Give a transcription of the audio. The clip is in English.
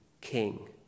king